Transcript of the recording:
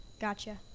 Gotcha